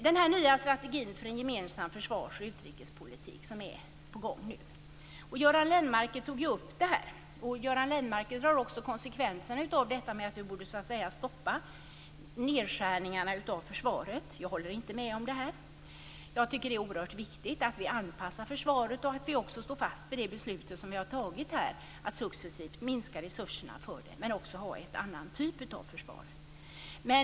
Den nya strategin för en gemensam försvars och utrikespolitik som nu är på gång togs upp av Göran Lennmarker. Han drar den slutsatsen att vi borde stoppa nedskärningarna av försvaret. Jag håller inte med om det. Jag tycker att det är oerhört viktigt att vi anpassar försvaret och står fast vid vårt beslut om en successiv minskning av försvarets resurser men också om en annan typ av försvar.